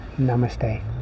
namaste